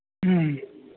ꯎꯝ